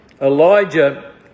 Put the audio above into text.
Elijah